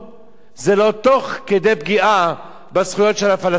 זה לא תוך כדי פגיעה בזכויות של הפלסטינים שם.